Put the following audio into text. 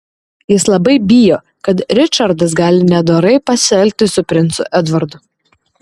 jis labai bijo kad ričardas gali nedorai pasielgti su princu edvardu